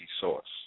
source